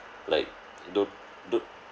like don't don't